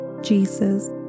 Jesus